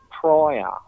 prior